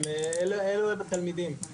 אלה הם התלמידים.